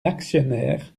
actionnaire